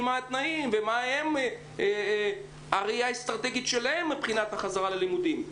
מה התנאים ומה הראייה האסטרטגית שלהם מבחינה החזרה ללימודים.